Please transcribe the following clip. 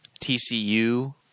TCU